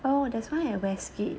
oh there's one at westgate